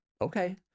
okay